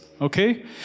okay